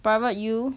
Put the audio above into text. private U